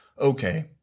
okay